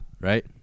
right